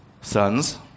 Sons